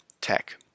tech